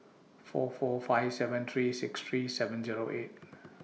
four four five seven three six three seven Zero eight